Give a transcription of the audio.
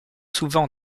souvent